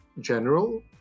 general